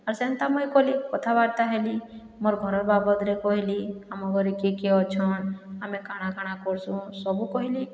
ଆର୍ ସେନ୍ତା ମୁଇଁ କଲି କଥାବାର୍ତ୍ତା ହେଲି ମୋର୍ ଘର ବାବଦରେ କହିଲି ଆମ ଘରେ କିଏ କିଏ ଅଛନ୍ ଆମେ କାଣା କାଣା କରୁସୁଁ ସବୁ କହିଲି